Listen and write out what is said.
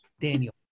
Daniel